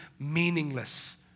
meaningless